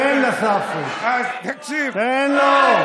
תן לשר פריג', תן לו.